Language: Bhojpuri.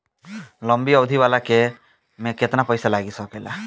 लंबी अवधि वाला में केतना पइसा लगा सकिले?